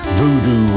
Voodoo